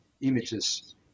images